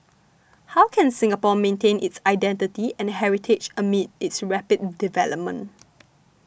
how can Singapore maintain its identity and heritage amid its rapid development